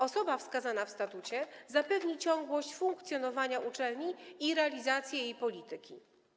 Osoba wskazana w statucie zapewni ciągłość funkcjonowania uczelni i realizację jej polityki.